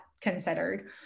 considered